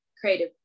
creative